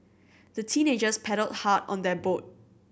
the teenagers paddled hard on their boat